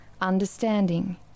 understanding